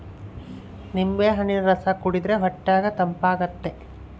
ನಿಂಬೆಹಣ್ಣಿನ ರಸ ಕುಡಿರ್ದೆ ಹೊಟ್ಯಗ ತಂಪಾತತೆ